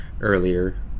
earlier